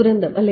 ദുരന്തം അല്ലേ